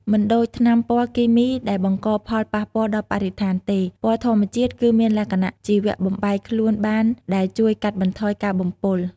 មិនដូចថ្នាំពណ៌គីមីដែលបង្កផលប៉ះពាល់ដល់បរិស្ថានទេ ពណ៌ធម្មជាតិគឺមានលក្ខណៈជីវៈបំបែកខ្លួនបានដែលជួយកាត់បន្ថយការបំពុល។